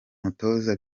mutoza